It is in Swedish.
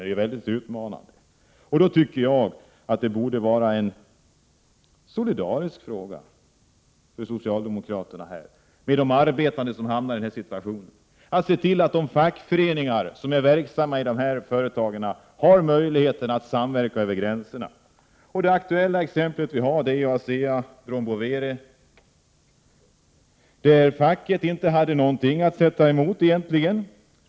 För socialdemokraterna i riksdagen borde det vara en fråga om solidaritet med de arbetande som hamnar i denna situation att se till att de fackföreningar som är verksamma i transnationella företag har möjlighet att samverka över gränserna. Det aktuella exemplet är ASEA-Brown Boveri, där facket egentligen inte hade någonting att sätta emot.